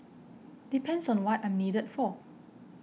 depends on what I'm needed for